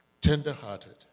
tenderhearted